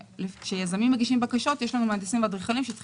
וכשיזמים מגישים בקשות יש לנו מהנדסים ואדריכלים שצריכים